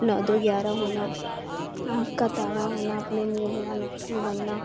نو دو گیارہ ہونا آنکھ کا تارہ ہونا اپنے منہ میاں مٹھو بننا